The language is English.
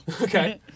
Okay